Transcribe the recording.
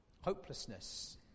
Hopelessness